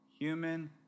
human